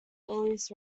earliest